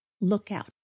lookout